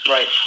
Right